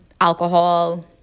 alcohol